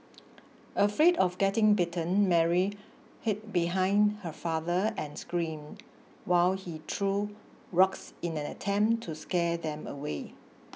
afraid of getting bitten Mary hid behind her father and screamed while he threw rocks in an attempt to scare them away